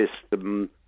system